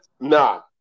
no